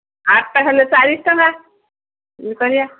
ଆଠଟା ହେଲେ ଚାଳିଶ ଟଙ୍କା କରିବା